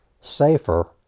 safer